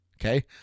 Okay